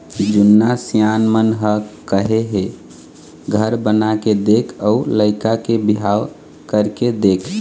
जुन्ना सियान मन ह कहे हे घर बनाके देख अउ लइका के बिहाव करके देख